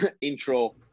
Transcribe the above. intro